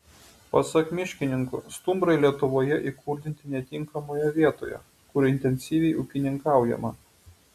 pasak miškininkų stumbrai lietuvoje įkurdinti netinkamoje vietoje kur intensyviai ūkininkaujama